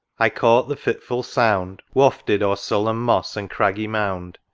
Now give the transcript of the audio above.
i caught the fitful sound wafted o'er sullen moss and craggy mound,